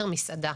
מסעדה.